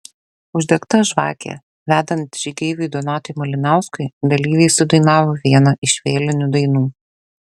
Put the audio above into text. uždegta žvakė vedant žygeiviui donatui malinauskui dalyviai sudainavo vieną iš vėlinių dainų